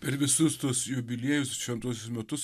per visus tuos jubiliejus šventuosius metus